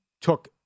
took